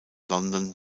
london